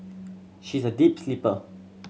she is a deep sleeper